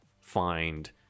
find